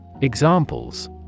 Examples